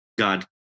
God